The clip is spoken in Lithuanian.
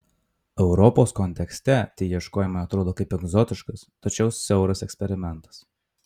europos kontekste tie ieškojimai atrodo kaip egzotiškas tačiau siauras eksperimentas